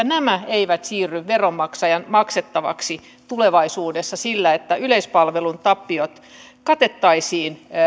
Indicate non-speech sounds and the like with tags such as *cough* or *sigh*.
*unintelligible* nämä eivät siirry veronmaksajien maksettavaksi tulevaisuudessa niin että yleispalvelun tappiot katettaisiin